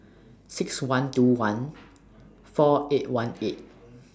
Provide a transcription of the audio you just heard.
six one two one four eight one eight